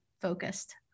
focused